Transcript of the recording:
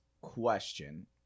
question